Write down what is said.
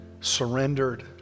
surrendered